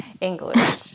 English